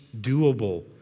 doable